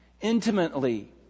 intimately